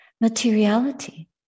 materiality